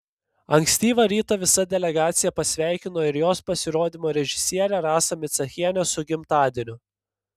ankstyvą rytą visa delegacija pasveikino ir jos pasirodymo režisierę rasą micachienę su gimtadieniu